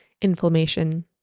inflammation